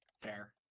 fair